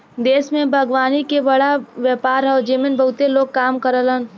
देश में बागवानी के बड़ा व्यापार हौ जेमन बहुते लोग काम करलन